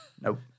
Nope